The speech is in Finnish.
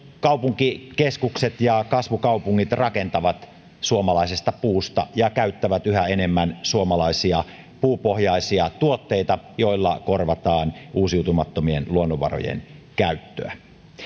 kaupunkikeskukset ja kasvukaupungit rakentavat suomalaisesta puusta ja käyttävät yhä enemmän suomalaisia puupohjaisia tuotteita joilla korvataan uusiutumattomien luonnonvarojen käyttöä